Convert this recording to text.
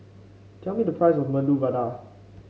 tell me the price of Medu Vada